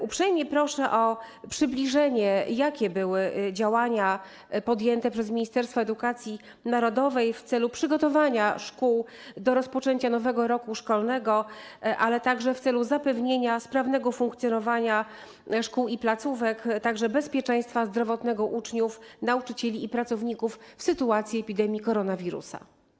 Uprzejmie proszę o przybliżenie, jakie działania zostały podjęte przez Ministerstwo Edukacji Narodowej w celu przygotowania szkół do rozpoczęcia nowego roku szkolnego oraz w celu zapewnienia sprawnego funkcjonowania szkół i placówek, a także bezpieczeństwa zdrowotnego uczniów, nauczycieli i pracowników w sytuacji epidemii koronawirusa.